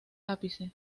ápice